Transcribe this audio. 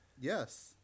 Yes